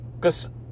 Cause